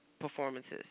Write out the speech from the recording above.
performances